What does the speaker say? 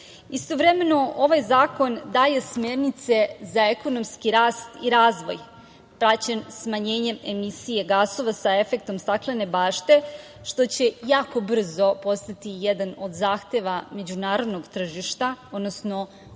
poplave. Istovremeno, ovaj zakon daje smernice za ekonomski rast i razvoj, praćen smanjenjem emisije gasova sa efektom staklene bašte što će jako brzo postati jedan od zahteva međunarodnog tržišta, odnosno uslov